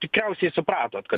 tikriausiai supratot kad